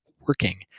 working